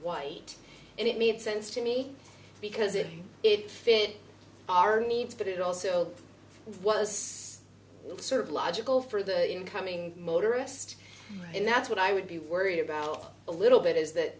white and it made sense to me because it it fit our needs but it also was sort of logical for the incoming motorist and that's what i would be worried about a little bit is that